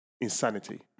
Insanity